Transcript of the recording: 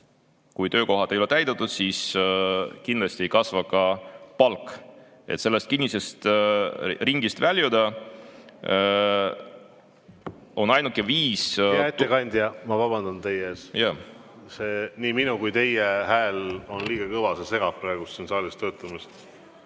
kui töökohad ei ole täidetud, siis kindlasti ei kasva ka palk. (Saalis on sumin.) Sellest kinnisest ringist väljuda on ainuke viis ... Hea ettekandja, ma vabandan teie ees. Nii minu kui teie hääl on liiga kõva, see segab saalis töötamist.